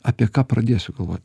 apie ką pradėsiu galvot